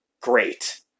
great